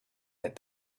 that